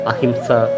Ahimsa